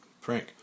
Frank